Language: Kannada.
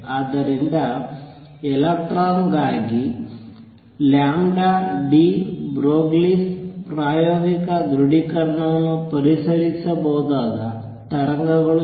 ಆದ್ದರಿಂದ ಎಲೆಕ್ಟ್ರಾನ್ ಗಾಗಿ deBroglie ಪ್ರಾಯೋಗಿಕ ದೃಢೀಕರಣವನ್ನು ಪರಿಶೀಲಿಸಬಹುದಾದ ತರಂಗಗಳು ಇವು